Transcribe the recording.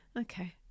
Okay